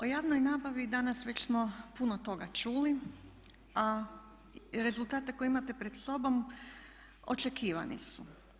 O javnoj nabavi danas već smo puno toga čuli a rezultate koje imate pred sobom očekivani su.